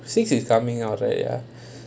six is coming out right ya